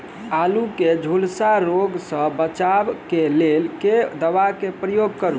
आलु केँ झुलसा रोग सऽ बचाब केँ लेल केँ दवा केँ प्रयोग करू?